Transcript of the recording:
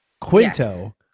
Quinto